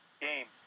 Games